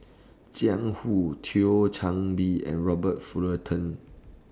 Jiang Hu Thio Chan Bee and Robert Fullerton